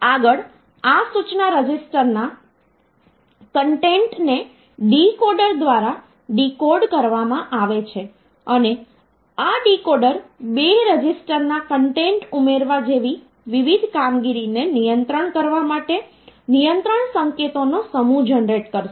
આગળ આ સૂચના રજિસ્ટરના ના કન્ટેન્ટ ને ડીકોડર દ્વારા ડીકોડ કરવામાં આવે છે અને આ ડીકોડર બે રજિસ્ટરના કન્ટેન્ટ ઉમેરવા જેવી વિવિધ કામગીરીને નિયંત્રિત કરવા માટે નિયંત્રણ સંકેતોનો સમૂહ જનરેટ કરશે